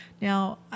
Now